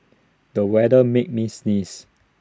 the weather made me sneeze